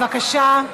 בבקשה.